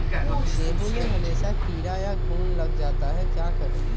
गेंहू में हमेसा कीड़ा या घुन लग जाता है क्या करें?